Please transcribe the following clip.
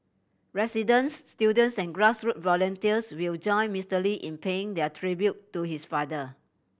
residents students and grassroot volunteers will join Mister Lee in paying their tribute to his father